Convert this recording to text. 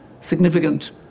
significant